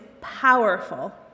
powerful